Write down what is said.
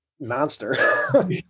monster